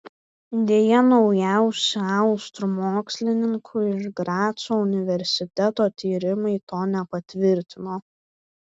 deja naujausi austrų mokslininkų iš graco universiteto tyrimai to nepatvirtino